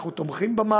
אנחנו תומכים במהלך.